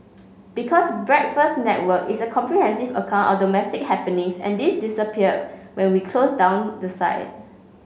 because Breakfast Network is a comprehensive account of domestic happenings and this disappear when we close down the site